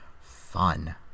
fun